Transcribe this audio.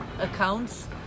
accounts